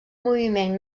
moviment